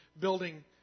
building